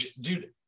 dude